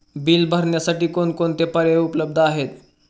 Bill भरण्यासाठी कोणकोणते पर्याय उपलब्ध आहेत?